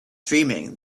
dreaming